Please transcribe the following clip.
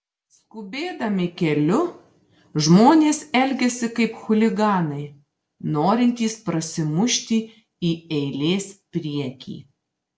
skubėdami keliu žmonės elgiasi kaip chuliganai norintys prasimušti į eilės priekį